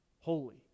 holy